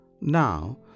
Now